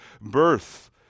birth